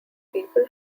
people